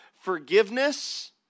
forgiveness